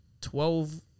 Twelve